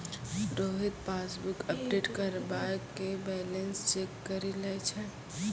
Rohit passbook update करबाय के balance check करि लै छै